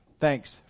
thanks